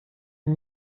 sie